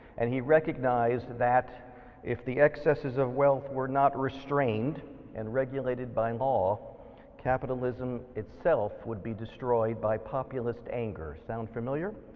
and he recognized that if the excesses of wealth were not restrained and regulated by and law capitalism itself would be destroyed by populist anger. sound familiar?